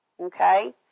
Okay